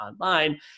online